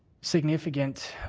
significant